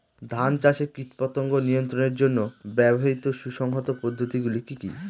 ধান চাষে কীটপতঙ্গ নিয়ন্ত্রণের জন্য ব্যবহৃত সুসংহত পদ্ধতিগুলি কি কি?